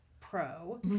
pro